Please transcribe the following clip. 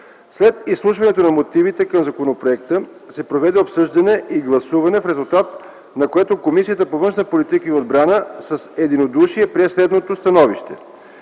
След изслушването на мотивите към законопроекта се проведе обсъждане и гласуване, в резултат на което Комисията по външна политика и отбрана с единодушие прие следното становище: